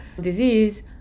disease